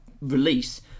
release